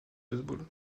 baseball